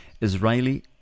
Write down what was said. Israeli